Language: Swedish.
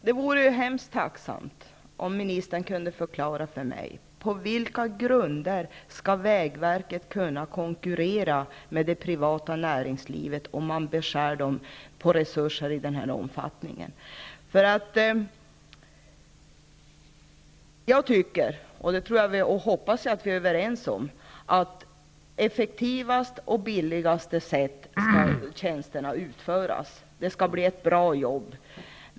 Herr talman! Jag skulle vara mycket tacksam om ministern kunde förklara för mig på vilka grunder vägverket skall kunna konkurrera med det privata näringslivet om vägverkets resurser beskärs i den omfattning som det här är fråga om. Jag tycker, och jag hoppas att vi är överens på den punkten, att tjänsterna skall utföras på det effektivaste och billigaste sättet. Det skall vara ett bra jobb.